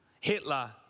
Hitler